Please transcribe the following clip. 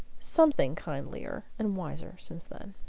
something kindlier and wiser since then.